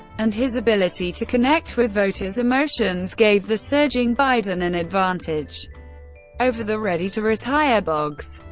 and his ability to connect with voters' emotions gave the surging biden an advantage over the ready-to-retire boggs.